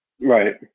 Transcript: Right